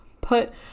put